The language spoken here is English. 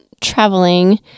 traveling